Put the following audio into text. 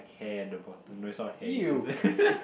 hair at the bottom no it's not hair is